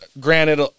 granted